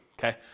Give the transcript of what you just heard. Okay